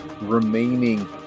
remaining